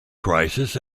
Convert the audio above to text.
crisis